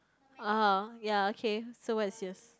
oh ya okay so what is yours